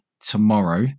tomorrow